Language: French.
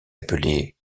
appelé